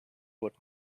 would